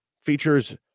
features